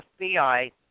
FBI